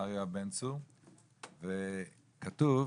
כתוב: